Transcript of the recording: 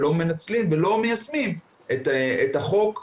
לא מנצלים ולא מיישמים את החוק.